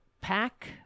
Pack